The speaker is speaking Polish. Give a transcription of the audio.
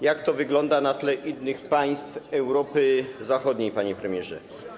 Jak to wygląda na tle innych państw Europy Zachodniej, panie premierze?